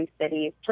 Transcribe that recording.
cities